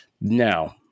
Now